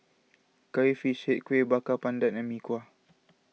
Curry Fish Head Kueh Bakar Pandan and Mee Kuah